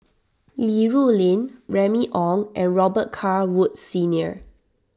Li Rulin Remy Ong and Robet Carr Woods Senior